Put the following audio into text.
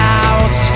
out